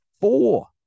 four